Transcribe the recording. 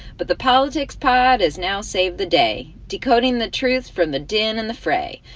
but the politics pod has now saved the day, decoding the truth from the din and the fray.